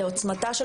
לעוצמתה,